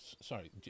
sorry